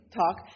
talk